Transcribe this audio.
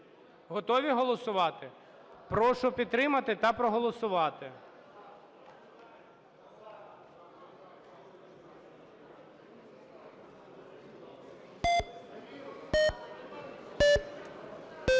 Готові голосувати? Прошу підтримати та проголосувати.